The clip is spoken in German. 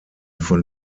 von